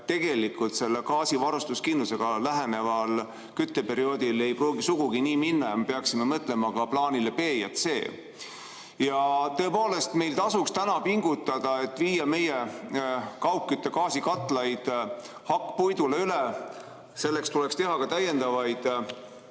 tegelikult selle gaasivarustuskindlusega läheneval kütteperioodil ei pruugi sugugi nii minna ja me peaksime mõtlema ka plaanile B ja C. Ja tõepoolest, meil tasuks täna pingutada, et viia meie kaugkütte gaasikatlaid hakkpuidule üle. Selleks tuleks teha ka täiendavaid